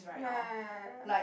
ya